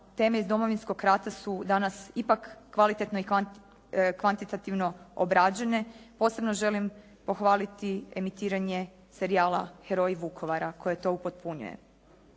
teme iz Domovinskog rata su danas ipak kvalitetno i kvantitativno obrađene. Posebno želim pohvaliti emitiranje serijala «Heroji Vukovara» koji to upotpunjuje.